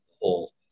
whole